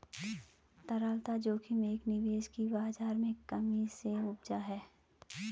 तरलता जोखिम एक निवेश की बाज़ार में कमी से उपजा है